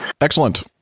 excellent